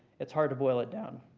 it's hard to boil it down.